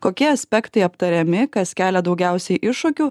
kokie aspektai aptariami kas kelia daugiausiai iššūkių